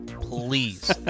Please